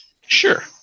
Sure